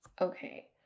Okay